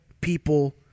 people